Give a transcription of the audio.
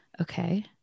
okay